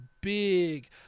big